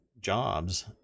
jobs